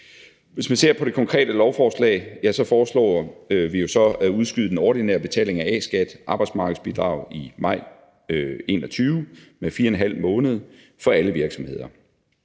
Hvis man ser på det konkrete lovforslag, foreslår vi jo så at udskyde den ordinære betaling af A-skat og arbejdsmarkedsbidrag i maj 2021 med 4½ måned for alle virksomheder.